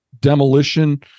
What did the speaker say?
demolition